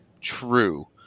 true